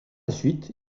suite